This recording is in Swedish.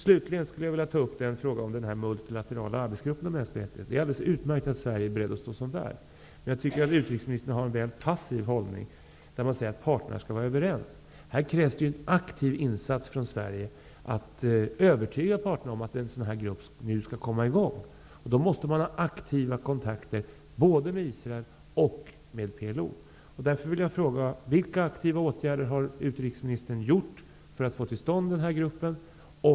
Slutligen skulle jag vilja ta upp frågan om den multilaterala arbetsgruppen om mänskliga rättigheter. Det är alldeles utmärkt att Sverige är berett att stå som värd, men jag tycker att utrikesministern har en väl passiv hållning när hon säger att parterna skall vara överens. Här krävs det en aktiv insats från Sverige för att övertyga parterna om att en sådan grupp nu bör komma i gång. Då måste man vara aktiv i kontakter med både Israel och PLO. Därför vill jag fråga: Vilka aktiva åtgärder har utrikesministern vidtagit för att få till stånd en sådan grupp?